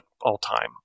all-time